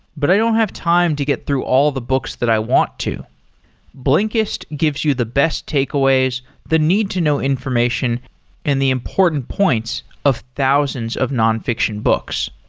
but i don't have time to get through all the books that i want to blinkist gives you the best takeaways, the need-to-now information and the important points of thousands of non-fiction books,